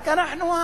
רק אנחנו,